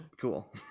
cool